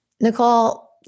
Nicole